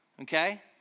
Okay